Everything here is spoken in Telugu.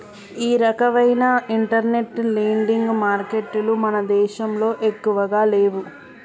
ఈ రకవైన ఇంటర్నెట్ లెండింగ్ మారికెట్టులు మన దేశంలో ఎక్కువగా లేవు